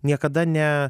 niekada ne